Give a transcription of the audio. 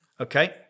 Okay